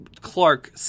Clark